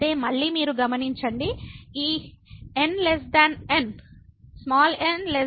అయితే మళ్ళీ మీరు గమనించండి ఈ n N